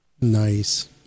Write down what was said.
Nice